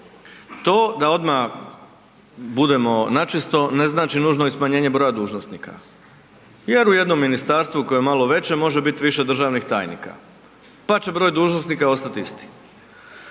To da odma budemo načisto, ne znači nužno i smanjenje broja dužnosnika jer u jednom ministarstvu koje je malo veće može bit više državnih tajnika, pa će broj dužnosnika ostat isti.